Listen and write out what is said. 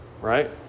right